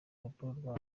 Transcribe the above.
urupapuro